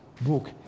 book